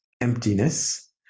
emptiness